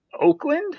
Oakland